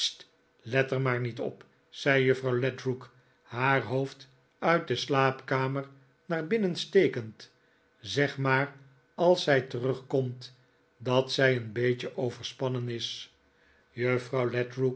let er maar niet op zei juffrouw ledrook haar hoofd uit de slaapkamer naar binnen stekend zeg maar als zij terugkomt dat zij een beetje overspannen is juffrouw